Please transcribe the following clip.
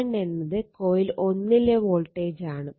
v1 എന്നത് coil 1 ലെ voltage ആണ്